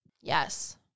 Yes